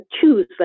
choose